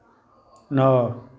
नौ